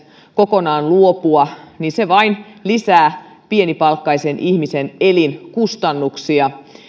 kokonaan luopua siitä vain lisää pienipalkkaisen ihmisen elinkustannuksia